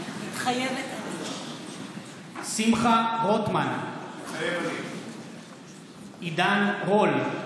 מתחייבת אני שמחה רוטמן, מתחייב אני עידן רול,